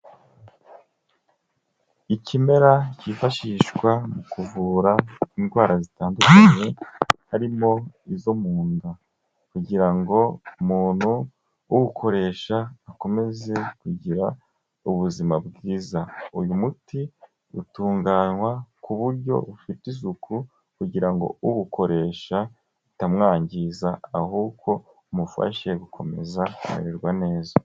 Ikimera kifashishwa mu kuvura indwara zitandukanye, harimo izo mu nda kugira ngo umuntu uwukoresha akomeze kugira ubuzima bwiza. Uyu muti utunganywa ku buryo bufite isuku kugira ngo uwukoresha utamwangiza, ahubwo umufashe gukomeza kumererwa neza.